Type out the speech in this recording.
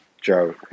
Joe